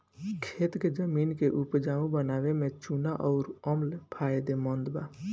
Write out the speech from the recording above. खेत के जमीन के उपजाऊ बनावे में चूना अउर अम्ल फायदेमंद बा